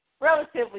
Relatively